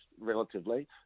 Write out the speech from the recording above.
relatively